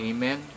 Amen